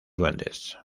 duendes